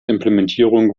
implementierung